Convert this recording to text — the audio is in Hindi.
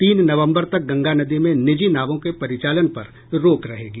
तीन नवम्बर तक गंगा नदी में निजी नावों के परिचालन पर रोक रहेगी